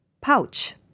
Pouch